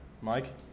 Mike